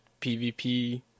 pvp